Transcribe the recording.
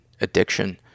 addiction